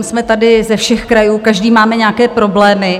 Jsme tady ze všech krajů, každý máme nějaké problémy.